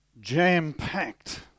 jam-packed